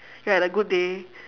ya had a good day